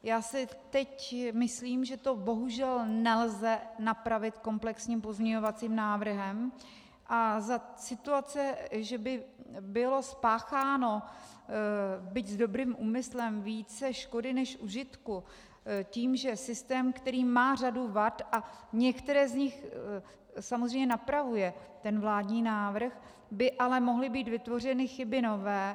Já si teď myslím, že to bohužel nelze napravit komplexním pozměňovacím návrhem a za situace, že by bylo spácháno, byť s dobrým úmyslem, více škody než užitku tím, že systém, který má řadu vad a některé z nich samozřejmě napravuje ten vládní návrh, by ale mohly být vytvořeny chyby nové.